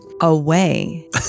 Away